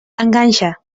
enganxa